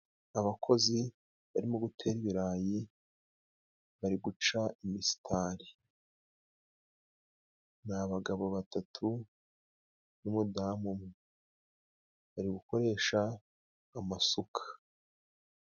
Abakozi barimo gutera ibirayi bari guca imisitari, ni abagabo batatu n'umudamu umwe Bari gukoresha amasuka.